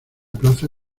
plaza